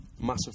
massive